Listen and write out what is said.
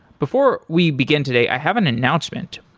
before we begin today, i have an announcement.